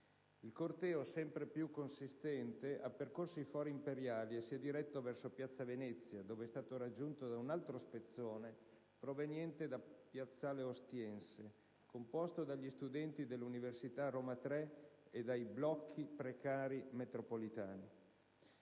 Il corteo, sempre più consistente, ha percorso i Fori imperiali e si è diretto verso piazza Venezia, dove è stato raggiunto da un altro spezzone, proveniente da piazzale Ostiense, composto dagli studenti dell'Università «Roma Tre» e dai «Blocchi precari metropolitani».